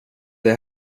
det